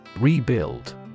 Rebuild